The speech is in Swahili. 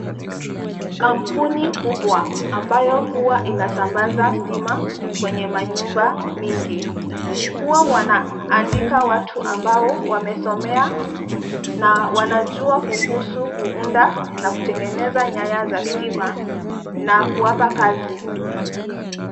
Kampuni kubwa ambayo huwa inasambaza stima kwenye manyumba mingi. Huwa wanaandika watu ambao wamesomea na wanajua kuhusu kuunda na kutengeneza nyaya za stima, na kuwapa kazi.